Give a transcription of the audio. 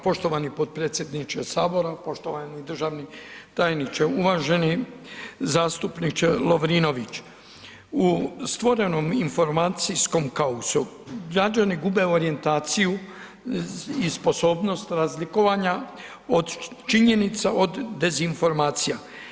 Poštovani potpredsjedniče sabora, poštovani državni tajniče, uvaženi zastupniče Lovrinović, u stvorenom informacijskom kaosu građani gube orijentaciju i sposobnost razlikovanja činjenica od dezinformacija.